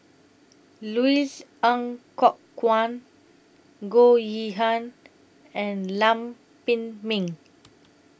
Louis Ng Kok Kwang Goh Yihan and Lam Pin Min